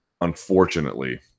unfortunately